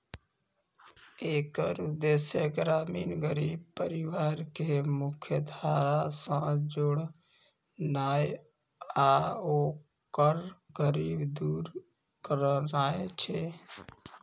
एकर उद्देश्य ग्रामीण गरीब परिवार कें मुख्यधारा सं जोड़नाय आ ओकर गरीबी दूर करनाय छै